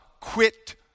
quit